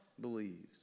believes